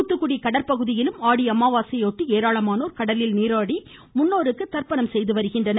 தூத்துக்குடி கடற்பகுதியிலும் ஆடி அமாவாசையையொட்டி ஏராளமானோர் கடலில் நீராடி முன்னோர்களுக்கு தர்ப்பணம் செய்து வருகின்றனர்